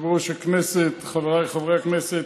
היושב-ראש, חבריי חברי הכנסת,